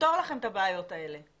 תפתור לכם את הבעיות האלה?